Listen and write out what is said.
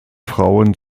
frauen